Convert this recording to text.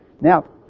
Now